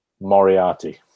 Moriarty